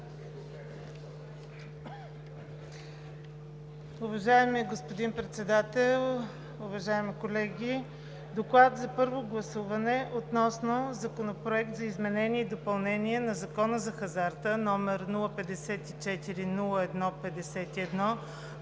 Уважаеми господин Председател, уважаеми колеги! „ДОКЛАД за първо гласуване относно Законопроект за изменение и допълнение на Закона за хазарта, № 054-01-51,